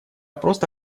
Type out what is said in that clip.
просто